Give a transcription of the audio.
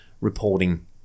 reporting